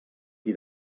qui